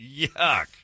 Yuck